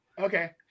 Okay